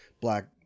black